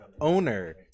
Owner